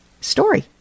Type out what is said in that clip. story